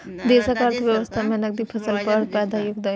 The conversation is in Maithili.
देशक अर्थव्यवस्था मे नकदी फसलक बड़ पैघ योगदान होइ छै